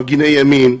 מפגיני ימין,